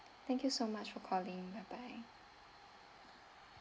thank you so much for calling bye bye